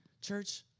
church